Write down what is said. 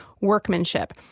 workmanship